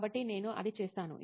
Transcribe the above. కాబట్టి నేను అది చేస్తాను